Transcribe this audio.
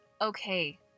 okay